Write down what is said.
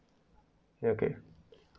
ya okay